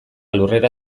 lurrera